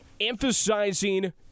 Emphasizing